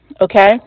okay